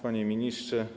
Panie Ministrze!